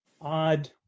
odd